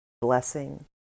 blessing